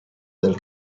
del